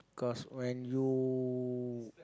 cause when you